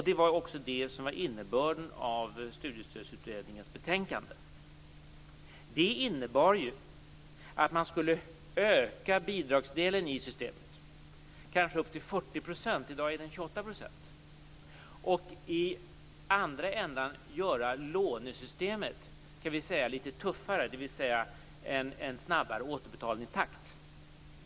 Det var också innebörden av Studiestödsutredningens betänkande. Det innebar ju att man skulle öka bidragsdelen i systemet - kanske upp till 40 %, i dag är den 28 %- och i andra ändan göra lånesystemet litet tuffare, dvs. ha en snabbare återbetalningstakt.